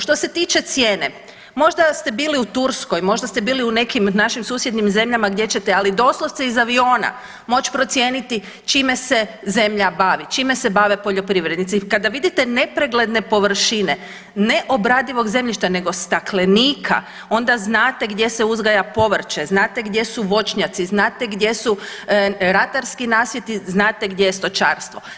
Što se tiče cijene možda ste bili u Turskoj, možda ste bili u nekim od našim susjednim zemljama gdje ćete, ali doslovce iz aviona moć procijeniti čime se zemlja bavi, čime se bave poljoprivrednici i kada vidite nepregledne površine ne obradivog zemljišta nego staklenika onda znate gdje se uzgaja povrće, znate gdje su voćnjaci, znate gdje su ratarski nasjeti, znate gdje je stočarstvo.